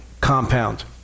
compound